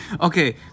Okay